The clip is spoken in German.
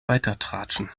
weitertratschen